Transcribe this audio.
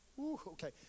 Okay